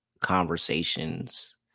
conversations